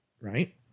right